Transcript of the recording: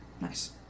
Nice